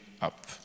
up